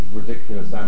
ridiculous